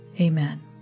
Amen